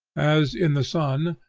as, in the sun,